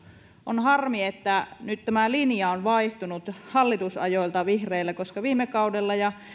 on harmi että nyt tämä linja on vaihtunut hallitusajoista vihreillä koska viime kaudella ja